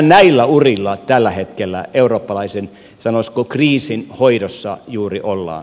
näillä urilla tällä hetkellä eurooppalaisen sanoisiko kriisin hoidossa juuri ollaan